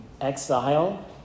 exile